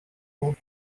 pob